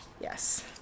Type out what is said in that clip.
Yes